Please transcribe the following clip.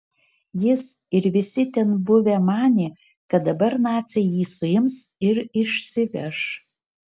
jis ir visi ten buvę manė kad dabar naciai jį suims ir išsiveš